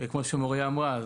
כמו שמוריה אמרה,